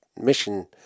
mission